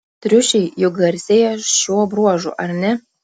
triušiai juk garsėja šiuo bruožu ar ne